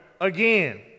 again